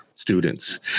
students